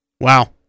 Wow